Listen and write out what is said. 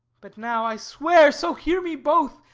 but now, i swear so hear me both,